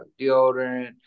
deodorant